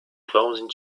closing